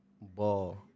ball